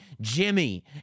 Jimmy